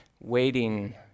Waiting